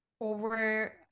over